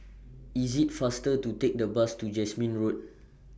IS IT faster to Take The Bus to Jasmine Road